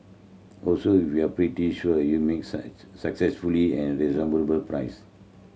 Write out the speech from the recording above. also if you're pretty sure you make successfully and priced